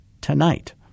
tonight